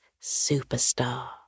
superstar